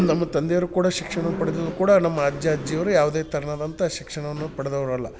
ನಮ್ಮ ತಂದೆಯವರು ಕೂಡ ಶಿಕ್ಷಣವನ್ನ ಪಡೆದಿದ್ರು ಕೂಡ ನಮ್ಮ ಅಜ್ಜ ಅಜ್ಜಿಯವರು ಯಾವುದೇ ತೆರನಾದಂಥ ಶಿಕ್ಷಣವನ್ನು ಪಡೆದವ್ರಲ್ಲ